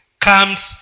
comes